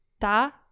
ta